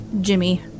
jimmy